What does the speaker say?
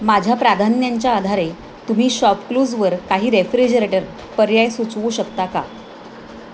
माझ्या प्राधान्यांच्या आधारे तुम्ही शॉपक्लूजवर काही रेफ्रिजरेटर पर्याय सुचवू शकता का